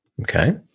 Okay